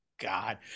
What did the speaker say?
god